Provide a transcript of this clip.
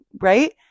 right